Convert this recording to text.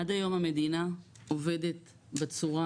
עד היום המדינה עובדת בצורה,